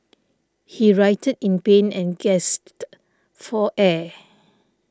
he writhed in pain and gasped for air